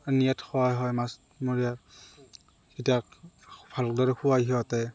নিয়াত খোৱা হয় মাছমৰীয়া এতিয়া ভালদৰে খোৱাই সিহঁতে